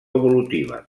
evolutiva